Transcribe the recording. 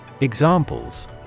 Examples